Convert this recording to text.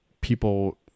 people